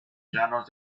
llanos